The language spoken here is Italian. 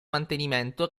mantenimento